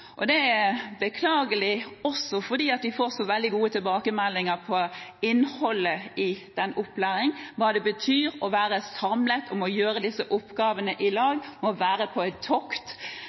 Det er beklagelig også fordi vi får så veldig gode tilbakemeldinger på innholdet i opplæringen, hva det betyr å være samlet om å gjøre oppgavene og å være på et tokt,